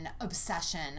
obsession